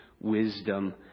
wisdom